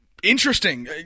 Interesting